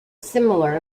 similar